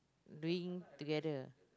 doing together